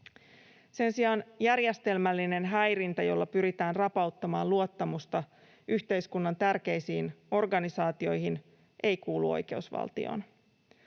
Sen sijaan järjestelmällinen häirintä, jolla pyritään rapauttamaan luottamusta yhteiskunnan tärkeisiin organisaatioihin, ei kuulu oikeusvaltioon.